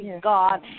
God